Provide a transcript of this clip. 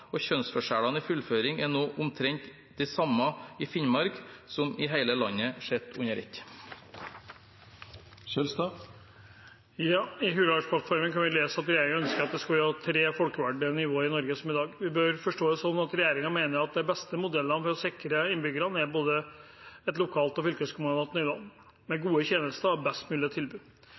og kjønnsforskjellene i fullføring er nå omtrent de samme i Finnmark som i hele landet sett under ett. I Hurdalsplattformen kan vi lese at regjeringen ønsker at det skal være i alt tre folkevalgte nivå i Norge – som i dag. Vi bør forstå det sånn at regjeringen mener at den beste modellen for å sikre innbyggerne er både et lokalt og et fylkeskommunalt nivå, med gode tjenester og best mulig tilbud.